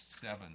seven